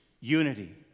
unity